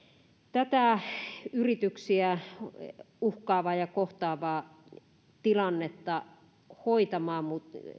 tätä yrityksiä uhkaavaa ja kohtaavaa tilannetta hoitamaan